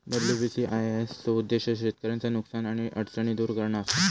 WBCIS चो उद्देश्य शेतकऱ्यांचा नुकसान आणि अडचणी दुर करणा असा